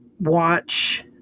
watch